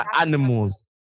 animals